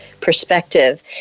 perspective